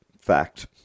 Fact